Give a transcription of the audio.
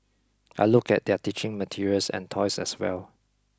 I looked at their teaching materials and toys as well